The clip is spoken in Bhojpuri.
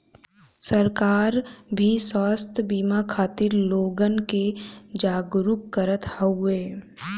सरकार भी स्वास्थ बिमा खातिर लोगन के जागरूक करत हउवे